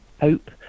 hope